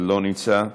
אינו נוכח,